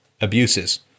abuses